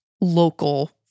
local